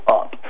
up